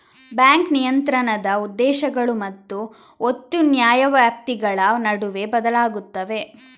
bank ನಿಯಂತ್ರಣದ ಉದ್ದೇಶಗಳು ಮತ್ತು ಒತ್ತು ನ್ಯಾಯವ್ಯಾಪ್ತಿಗಳ ನಡುವೆ ಬದಲಾಗುತ್ತವೆ